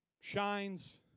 shines